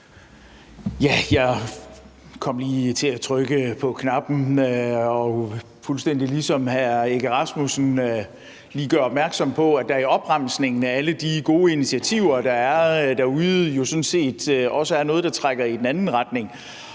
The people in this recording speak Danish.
Jeg kom lige til at trykke på knappen, og fuldstændig som hr. Søren Egge Rasmussen vil jeg lige gøre opmærksom på, at der i opremsningen af alle de gode initiativer, der er derude, sådan set også er noget, der trækker i den anden retning.